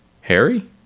Harry